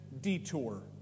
detour